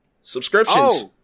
Subscriptions